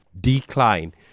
decline